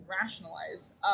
rationalize